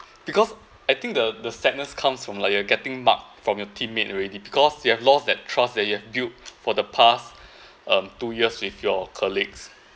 because I think the the sadness comes from like you're getting marked from your teammate already because you have lost that trust that you have built for the past um two years with your colleagues